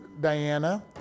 Diana